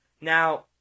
now